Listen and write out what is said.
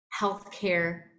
healthcare